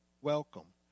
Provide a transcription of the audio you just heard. welcome